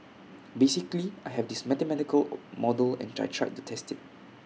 basically I have this mathematical model and I tried to test IT